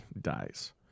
dies